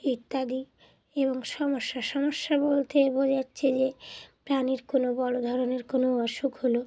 ইত্যাদি এবং সমস্যা সমস্যা বলতে বোঝাচ্ছে যে প্রাণীর কোনো বড়ো ধরনের কোনো অসুখ হলো